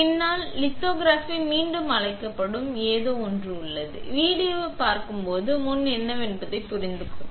பின்னால் லித்தோகிராபி மீண்டும் அழைக்கப்படும் ஏதோ ஒன்று உள்ளது வீடியோவைப் பார்க்கும்போது முன் என்னவென்பதை புரிந்துகொள்வோம்